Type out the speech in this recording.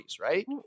Right